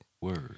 Word